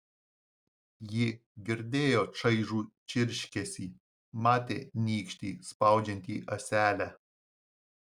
ji girdėjo čaižų čirškesį matė nykštį spaudžiantį ąselę